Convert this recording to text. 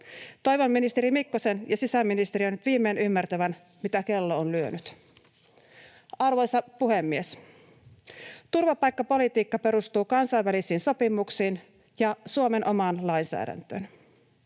Toivon ministeri Mikkosen ja sisäministeriön nyt viimein ymmärtävän, mitä kello on lyönyt. Arvoisa puhemies! Turvapaikkapolitiikka perustuu kansainvälisiin sopimuksiin ja Suomen omaan lainsäädäntöön.